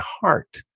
heart